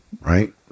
Right